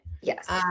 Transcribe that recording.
Yes